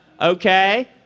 Okay